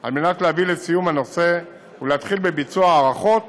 על מנת להביא לסיום הנושא ולהתחיל בביצוע ההארכות